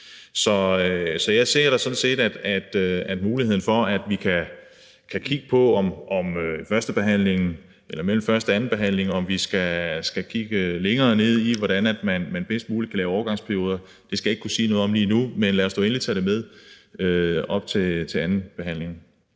imellem første- og andenbehandlingen kan overveje, om vi skal kigge nærmere på, hvordan man bedst muligt kan lave overgangsperioder. Det skal jeg ikke kunne sige noget om lige nu, men lad os da endelig tage det med i udvalget op til andenbehandlingen.